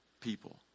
people